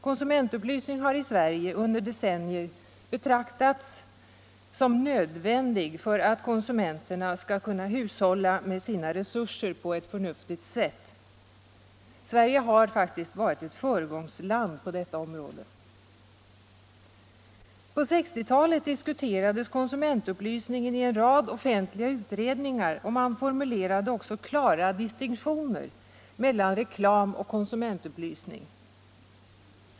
Komsumentupplysning har i Sverige under decennier betraktats som nödvändig för att konsumenterna skall kunna hushålla med sina resurser på ett förnuftigt sätt. Sverige har varit ett föregångsland på detta område. På 1960-talet diskuterades konsumentupplysningen i en rad offentliga utredningar, och man formulerade också klara distinktioner mellan reklam och konsumentupplysning.